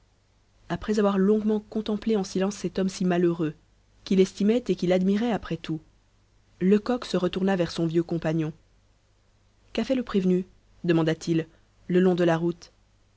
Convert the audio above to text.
après avoir longuement contemplé en silence cet homme si malheureux qu'il estimait et qu'il admirait après tout lecoq se retourna vers son vieux compagnon qu'a fait le prévenu demanda-t-il le long de la route